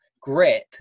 grip